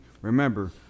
remember